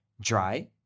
Dry